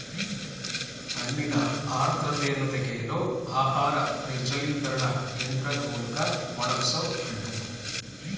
ಹಣ್ಣಿನ ಆರ್ದ್ರತೆಯನ್ನು ತೆಗೆಯಲು ಆಹಾರ ನಿರ್ಜಲೀಕರಣ ಯಂತ್ರದ್ ಮೂಲ್ಕ ಒಣಗ್ಸೋಹಣ್ಣು